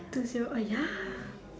two zero oh ya